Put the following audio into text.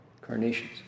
carnations